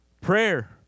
prayer